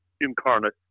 incarnate